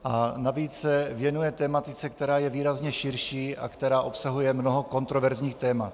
... a navíc se věnuje tematice, která je výrazně širší a která obsahuje mnoho kontroverzních témat.